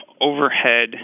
overhead